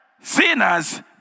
sinners